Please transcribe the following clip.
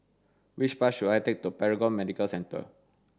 which bus should I take to Paragon Medical Centre